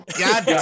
god